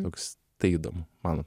toks tai įdomu man